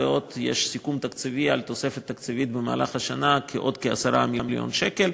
ויש עוד סיכום על תוספת תקציב במהלך השנה של כ-10 מיליון שקל.